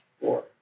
four